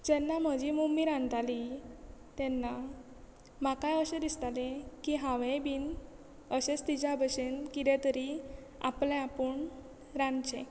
जेन्ना म्हजी मम्मी रांदताली तेन्ना म्हाकाय अशें दिसताले की हांवे बी अशेंच तिच्या भशेन कितें तरी आपलें आपूण रांदचें